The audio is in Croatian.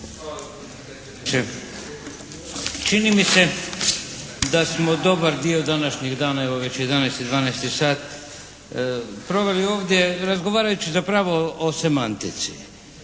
Čini mi se da smo dobar dio današnjeg dana, evo već je 11, 12 sat proveli ovdje razgovarajući zapravo o semantici.